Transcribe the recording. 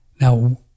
Now